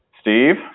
Steve